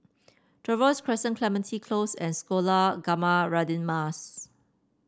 Trevose Crescent Clementi Close and Sekolah Ugama Radin Mas